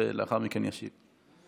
ולאחר מכן תשובה.